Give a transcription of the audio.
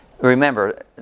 Remember